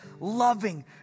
loving